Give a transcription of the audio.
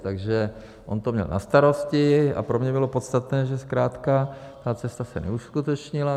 Takže on to měl na starosti a pro mě bylo podstatné, že zkrátka ta cesta se neuskutečnila.